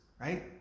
right